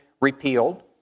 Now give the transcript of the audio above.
repealed